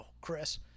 Chris